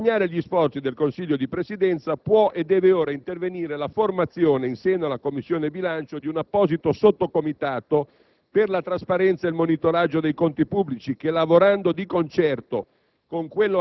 Ad accompagnare gli sforzi del Consiglio di Presidenza può e deve ora intervenire la formazione, in seno alla Commissione bilancio, di un apposito Sottocomitato per la trasparenza e il monitoraggio dei conti pubblici che, lavorando di concerto